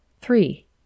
Three